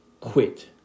quit